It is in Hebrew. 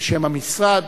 בשם המשרד